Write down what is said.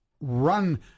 run